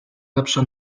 lepsze